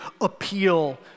appeal